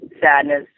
sadness